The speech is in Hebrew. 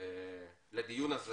לדיון הזה